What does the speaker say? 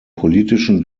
politischen